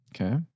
Okay